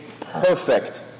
perfect